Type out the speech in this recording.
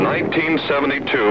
1972